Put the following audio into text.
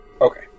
Okay